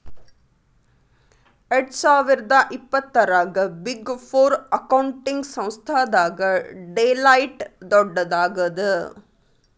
ಎರ್ಡ್ಸಾವಿರ್ದಾ ಇಪ್ಪತ್ತರಾಗ big four accounting ಸಂಸ್ಥಾದಾಗ ಡೆಲಾಯ್ಟ್ ದೊಡ್ಡದಾಗದ